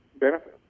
benefits